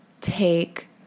take